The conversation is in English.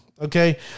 okay